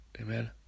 Amen